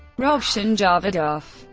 rovshan javadov.